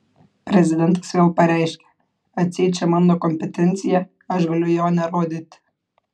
prezidentas vėl pareiškia atseit čia mano kompetencija aš galiu jo nerodyti